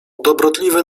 dobrotliwy